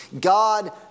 God